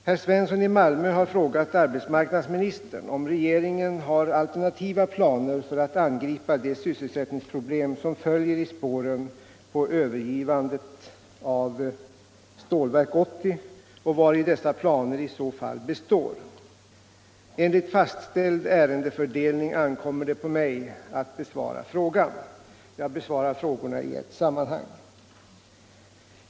Herr Svensson i Malmö har frågat arbetsmarknadsministern om regeringen har alternativa planer för att angripa de sysselsättningsproblem som följer i spåren på övergivandet av Stålverk 80 och vari dessa planer i så fall består. Enligt faststältd ärendefördelning ankommer det på mig att besvara frågan. : Jag besvarar frågorna i ett sammanhang.